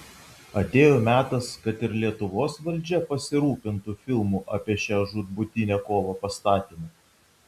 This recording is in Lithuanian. atėjo metas kad ir lietuvos valdžia pasirūpintų filmų apie šią žūtbūtinę kovą pastatymu